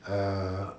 uh